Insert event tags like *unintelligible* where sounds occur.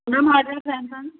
*unintelligible* Samsung